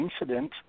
incident